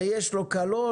ויש לו קלון,